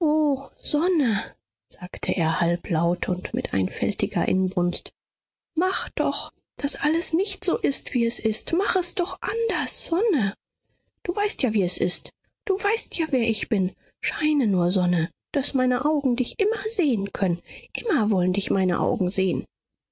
sagte er halblaut und mit einfältiger inbrunst mach doch daß alles nicht so ist wie es ist mach es doch anders sonne du weißt ja wie es ist du weißt ja wer ich bin scheine nur sonne daß meine augen dich immer sehen können immer wollen dich meine augen sehen